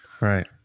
Right